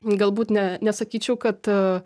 galbūt ne nesakyčiau kad